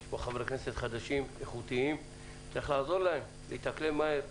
יש פה חברי כנסת חדשים איכותיים וצריך לעזור להם להתאקלם מהר.